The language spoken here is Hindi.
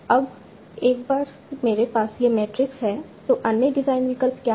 अब एक बार मेरे पास यह मैट्रिक्स है तो अन्य डिज़ाइन विकल्प क्या हैं